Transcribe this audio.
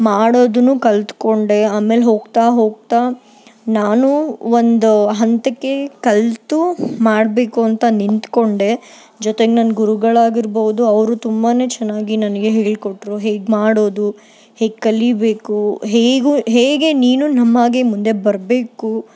ಮಾಡೋದು ಕಲ್ತುಕೊಂಡೆ ಆಮೇಲೆ ಹೋಗ್ತಾ ಹೋಗ್ತಾ ನಾನೂ ಒಂದು ಹಂತಕ್ಕೆ ಕಲಿತು ಮಾಡಬೇಕು ಅಂತ ನಿಂತುಕೊಂಡೆ ಜೊತೆಗೆ ನನ್ನ ಗುರುಗಳಾಗಿರ್ಬೌದು ಅವರು ತುಂಬಾ ಚೆನ್ನಾಗಿ ನನಗೆ ಹೇಳಿಕೊಟ್ರು ಹೇಗೆ ಮಾಡೋದು ಹೇಗೆ ಕಲಿಯಬೇಕು ಹೇಗೋ ಹೇಗೆ ನೀನು ನಮ್ಮ ಹಾಗೆ ಮುಂದೆ ಬರಬೇಕು